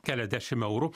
keliasdešim eurų